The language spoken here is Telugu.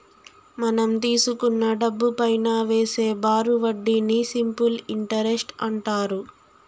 మనం తీసుకున్న డబ్బుపైనా వేసే బారు వడ్డీని సింపుల్ ఇంటరెస్ట్ అంటారు